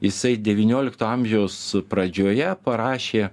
jisai devyniolikto amžiaus pradžioje parašė